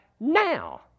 now